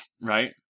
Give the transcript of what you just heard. Right